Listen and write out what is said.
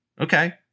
Okay